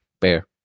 Bear